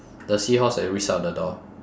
the seahorse at which side of the door